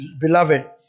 beloved